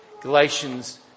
Galatians